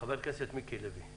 חבר הכנסת מיקי לוי.